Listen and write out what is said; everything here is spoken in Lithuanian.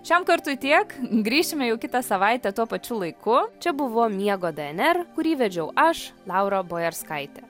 šiam kartui tiek grįšime jau kitą savaitę tuo pačiu laiku čia buvo miego dnr kurį vedžiau aš laura bojarskaitė